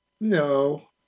no